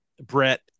Brett